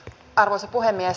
arvoisa puhemies